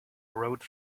rode